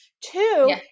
Two